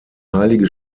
heilige